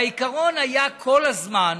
והעיקרון היה כל הזמן,